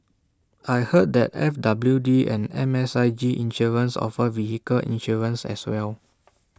I heard that F W D and M S I G insurance offer vehicle insurance as well